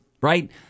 right